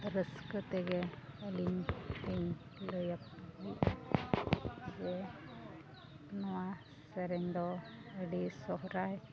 ᱨᱟᱹᱥᱠᱟᱹ ᱛᱮᱜᱮ ᱟᱹᱞᱤᱧ ᱞᱤᱧ ᱞᱟᱹᱭᱟ ᱡᱮ ᱱᱚᱣᱟ ᱥᱮᱨᱮᱧ ᱫᱚ ᱟᱹᱰᱤ ᱥᱚᱦᱨᱟᱭ